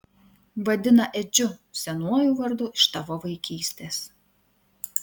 vadina edžiu senuoju vardu iš tavo vaikystės